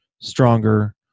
stronger